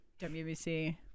WBC